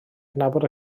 adnabod